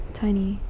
tiny